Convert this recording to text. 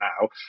now